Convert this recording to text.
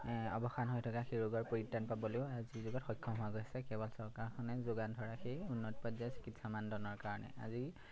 অৱসান হৈ থকা সেই ৰোগৰ পৰিত্ৰাণ পাবলৈও আজিৰ যুগত সক্ষম হোৱা দেখা গৈছে কেৱল চৰকাৰখনে যোগান ধৰা সেই উন্নত পৰ্যায়ৰ চিকিৎসা মানদণ্ডৰ কাৰণে আজি